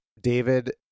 David